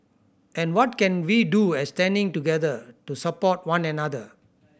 and what can we do as standing together to support one another